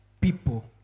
people